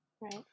right